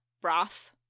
broth